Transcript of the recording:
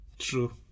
True